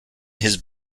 his